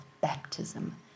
baptism